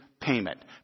payment